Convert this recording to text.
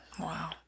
Wow